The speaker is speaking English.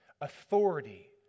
authority